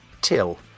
Till